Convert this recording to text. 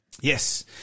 Yes